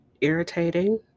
irritating